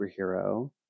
superhero